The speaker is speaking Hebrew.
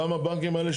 גם הבנקים האלה,